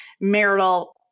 marital